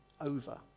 over